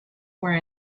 were